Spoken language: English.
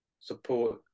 support